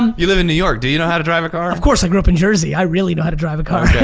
um you live in new york, do you know how to drive a car? of course i grew up in jersey, i really know how to drive a car.